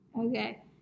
Okay